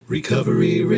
Recovery